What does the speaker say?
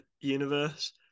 universe